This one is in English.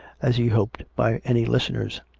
as he hoped, by any listeners.